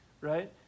Right